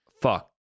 fuck